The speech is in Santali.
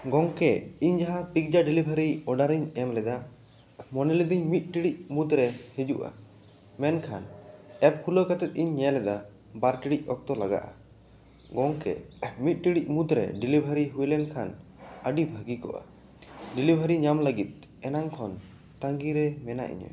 ᱜᱚᱢᱠᱮ ᱤᱧ ᱡᱟᱦᱟᱸ ᱯᱤᱡᱽᱡᱟ ᱰᱮᱞᱤᱵᱷᱟᱹᱨᱤ ᱳᱰᱟᱨ ᱤᱧ ᱮᱢ ᱞᱮᱫᱟ ᱢᱚᱱᱮ ᱞᱮᱫᱤᱧ ᱢᱤᱫ ᱴᱤᱲᱤᱡ ᱢᱩᱫᱽᱨᱮ ᱦᱤᱡᱩᱜᱼᱟ ᱢᱮᱱᱠᱷᱟᱱ ᱮᱯ ᱠᱷᱩᱞᱟᱣ ᱠᱟᱛᱮ ᱤᱧ ᱧᱮᱞ ᱮᱫᱟ ᱵᱟᱨ ᱴᱤᱲᱤᱡ ᱚᱠᱛᱚ ᱞᱟᱜᱟᱜᱼᱟ ᱜᱚᱢᱠᱮ ᱢᱤᱫ ᱴᱤᱲᱤᱡ ᱢᱩᱫᱽᱨᱮ ᱰᱮᱞᱤᱵᱷᱟᱹᱨᱤ ᱦᱩᱭ ᱞᱮᱱ ᱠᱷᱟᱱ ᱟᱹᱰᱤ ᱵᱷᱟᱹᱜᱤ ᱠᱚᱜᱼᱟ ᱰᱮᱞᱤᱵᱷᱟᱹᱨᱤ ᱧᱟᱢ ᱞᱟᱹᱜᱤᱫ ᱮᱱᱟᱝ ᱠᱷᱚᱱ ᱛᱟᱺᱜᱤ ᱨᱮ ᱢᱮᱱᱟᱜ ᱤᱧᱟᱹ